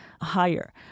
higher